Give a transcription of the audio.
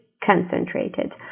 concentrated